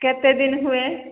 କେତେ ଦିନ ହୁଏ